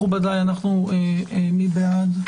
מכובדיי, מי בעד?